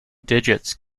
digits